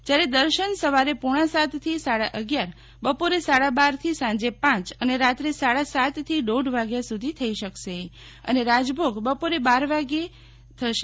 જ્યારે દર્શન સવારે પોણા સાતથી સાડા અગિયાર બપોરે સાડા બારથી સાંજે પાંચ અને રાત્રે સાડા સાતથી દોઢ વાગ્યા સુધી થઇ શકશે અને રાજભોગ બપોરે બાર વાગે ચડાવશે